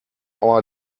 our